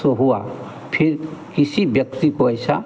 सो हुआ फ़िर किसी व्यक्ति को ऐसा